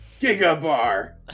Gigabar